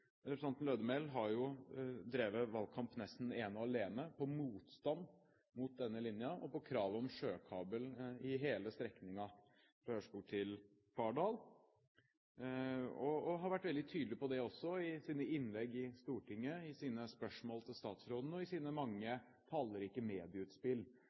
Representanten Lødemel har drevet valgkamp nesten ene og alene på motstand mot denne linjen og på krav om sjøkabel på hele strekningen Ørskog–Fardal, og har vært veldig tydelig på det også i sine innlegg i Stortinget, i sine spørsmål til statsråden og i sine tallrike medieutspill